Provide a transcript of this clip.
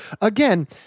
again